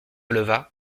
leva